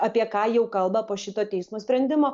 apie ką jau kalba po šito teismo sprendimo